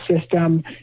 system